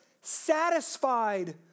satisfied